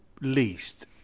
least